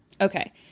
Okay